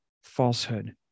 Falsehood